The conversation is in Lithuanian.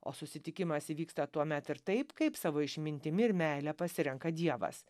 o susitikimas įvyksta tuomet ir taip kaip savo išmintimi ir meile pasirenka dievas